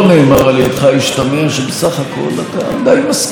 עם הרבה מהדברים שראש הממשלה אמר כאן ועם ההישגים האלה.